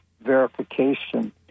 verification